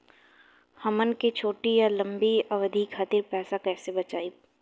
हमन के छोटी या लंबी अवधि के खातिर पैसा कैसे बचाइब?